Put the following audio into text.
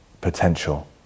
potential